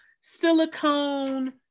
silicone